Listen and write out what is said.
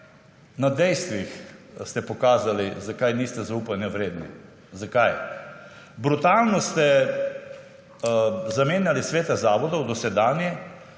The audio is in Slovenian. Na dejstvih ste pokazali, zakaj niste zaupanja vredni. Zakaj? Brutalno ste zamenjali Svete zavodov, dosedanje,